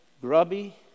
grubby